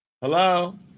Hello